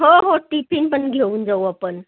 हो हो टिफिन पण घेऊन जाऊ आपण